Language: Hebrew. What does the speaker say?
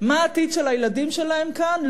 מה העתיד של הילדים שלהם כאן,